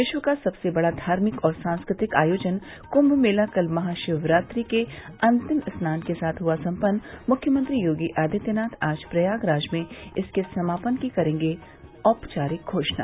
विश्व का सबसे बड़ा धार्मिक और सांस्कृतिक आयोजन कुम्म मेला कल महाशिवरात्रि के अंतिम स्नान के साथ हुआ सम्पन्न मुख्यमंत्री योगी आदित्यनाथ आज प्रयागराज में इसके समापन की करेंगे औपचारिक घोषणा